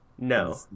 No